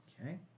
Okay